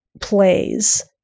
plays